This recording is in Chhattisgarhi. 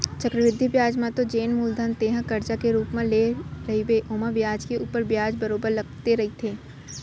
चक्रबृद्धि बियाज म तो जेन मूलधन तेंहा करजा के रुप म लेय रहिबे ओमा बियाज के ऊपर बियाज बरोबर लगते रहिथे